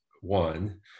one